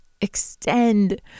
extend